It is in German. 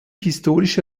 historische